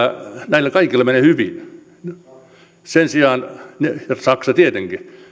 näillä kaikilla menee hyvin ja saksa tietenkin